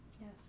yes